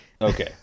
Okay